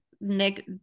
Nick